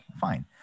fine